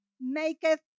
maketh